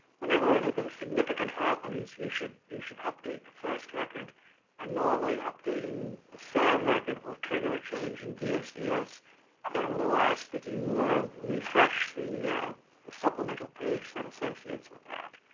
whenever anything significant happens, you should you should update the first record and normally updating the sam record or trigger a change in dsbs and well ask that you refresh the the supplemental page that associates with that.